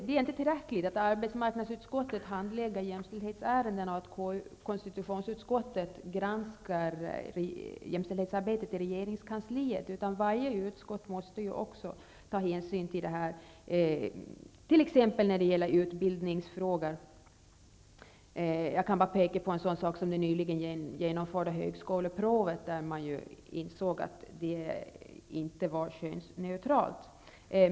Det är inte tillräckligt att arbetsmarknadsutskottet handlägger jämställdhetsärendena och konstitutionsutskottet granskar jämställdhetsarbetet i regeringskansliet, utan varje utskott måste ta hänsyn till detta, t.ex. när det gäller utbildningsfrågor. -- Jag kan nämna det nyligen genomförda högskoleprovet som ju inte ansågs vara könsneutralt.